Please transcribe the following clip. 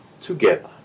together